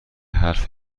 حرف